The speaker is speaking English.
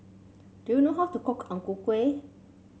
do you know how to cook Ang Ku Kueh